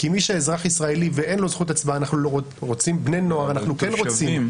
כי מי שאזרח ישראלי ואין לו זכות הצבעה בני נוער אנחנו כן רוצים.